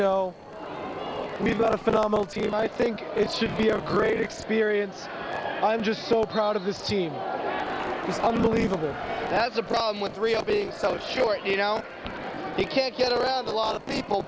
know we've got a phenomenal team i think it should be a great experience i'm just so proud of this team is unbelievable has a problem with real being so short you know you can't get around a lot of people